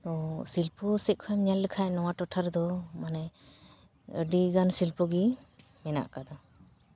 ᱛᱚ ᱥᱤᱞᱯᱚ ᱥᱮᱫ ᱠᱷᱚᱱ ᱮᱢ ᱧᱮᱞ ᱞᱮᱠᱷᱟᱱ ᱱᱚᱣᱟ ᱴᱚᱴᱷᱟ ᱨᱮᱫᱚ ᱢᱟᱱᱮ ᱟᱹᱰᱤ ᱜᱟᱱ ᱥᱤᱞᱯᱚᱜᱮ ᱢᱮᱱᱟᱜ ᱠᱟᱫᱟ